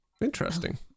interesting